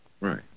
Right